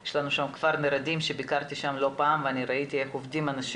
ויש שם את כפר נרדים שביקרתי שם לא פעם וראיתי איך האנשים עובדים.